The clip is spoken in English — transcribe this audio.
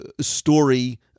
story